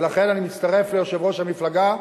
ולכן אני מצטרף ליושבת-ראש המפלגה,